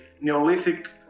Neolithic